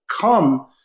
come